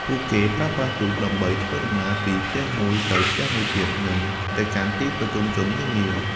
ពួកគេប្រើប្រាស់ទូកដើម្បីធ្វើដំណើរពីផ្ទះមួយទៅផ្ទះមួយទៀត និងទៅកាន់ទីប្រជុំជននានា។